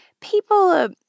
people